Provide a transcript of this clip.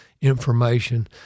information